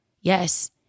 Yes